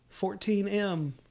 14M